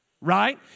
right